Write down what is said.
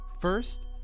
first